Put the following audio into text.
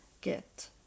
get